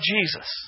Jesus